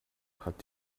hat